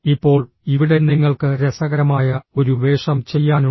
ഇപ്പോൾ ഇവിടെ നിങ്ങൾക്ക് രസകരമായ ഒരു വേഷം ചെയ്യാനുണ്ട്